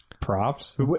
props